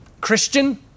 Christian